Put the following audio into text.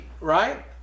Right